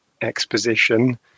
exposition